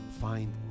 find